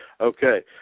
Okay